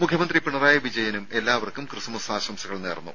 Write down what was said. മുഖ്യമന്ത്രി പിണറായി വിജയനും എല്ലാവർക്കും ക്രിസ്മസ് ആശംസകൾ നേർന്നു